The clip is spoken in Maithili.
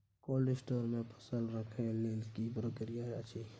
कोल्ड स्टोर मे फसल रखय लेल की प्रक्रिया अछि?